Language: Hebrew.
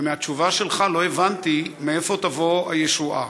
ומהתשובה שלך לא הבנתי מאיפה תבוא הישועה,